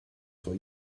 for